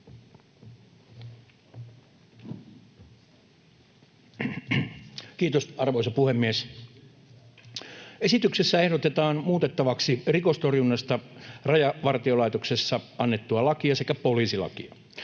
Kiitos, arvoisa puhemies! Esityksessä ehdotetaan muutettavaksi rikostorjunnasta Rajavartiolaitoksessa annettua lakia sekä poliisilakia.